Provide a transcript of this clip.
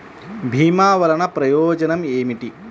భీమ వల్లన ప్రయోజనం ఏమిటి?